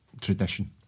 tradition